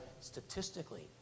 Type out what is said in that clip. statistically